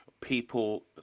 people